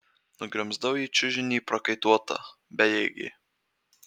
nugrimzdau į čiužinį prakaituota bejėgė